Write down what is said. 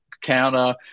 counter